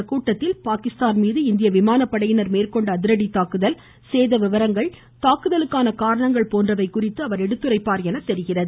இந்த கூட்டத்தில் பாகிஸ்தான் மீது இந்திய விமானப்படையினர் மேற்கொண்ட தாக்குதல் சேத விவரங்கள் தாக்குதலுக்கான காரணங்கள் போன்றவை அதிரடி குறித்து எடுத்துரைப்பார் எனத் தெரிகிறது